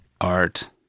art